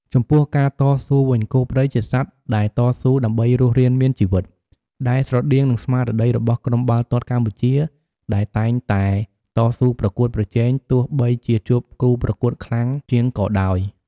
ចំពោះការតស៊ូវិញ គោព្រៃជាសត្វដែលតស៊ូដើម្បីរស់រានមានជីវិត ដែលស្រដៀងនឹងស្មារតីរបស់ក្រុមបាល់ទាត់កម្ពុជាដែលតែងតែតស៊ូប្រកួតប្រជែងទោះបីជាជួបគូប្រកួតខ្លាំងជាងក៏ដោយ។